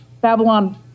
Babylon